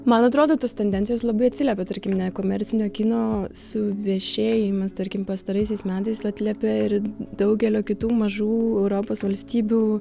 man atrodo tos tendencijos labai atsiliepė tarkim nekomercinio kino suvešėjimas tarkim pastaraisiais metais atliepia ir daugelio kitų mažų europos valstybių